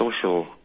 social